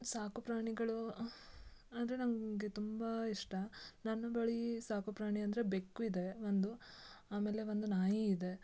ಸಾಕುಪ್ರಾಣಿಗಳು ಅಂದರೆ ನಂಗೆ ತುಂಬ ಇಷ್ಟ ನನ್ನ ಬಳೀ ಸಾಕುಪ್ರಾಣಿ ಅಂದರೆ ಬೆಕ್ಕು ಇದೆ ಒಂದು ಆಮೇಲೆ ಒಂದು ನಾಯಿ ಇದೆ